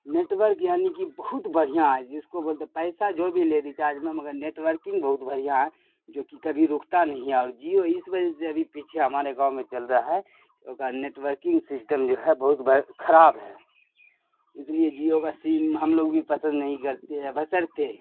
network یعنی کہ بہت بڑھیا ہے جس کو بولتے ہیں پیسہ جو بھی لے ریچارج میں مگر نیٹورکنگ بہت بڑھیا ہے جوکہ کبھی رکتا نہیں ہے اور جیو اس وجہ سے ابھی پیچھے ہمارے گاؤں میں چل رہا ہے اس کا نیٹورکنگ سسٹم جو ہے بہت خراب ہے اس لیے جیو کا سیم ہم لوگ بھی پسند نہیں کرتے ہیں بشرط